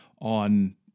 on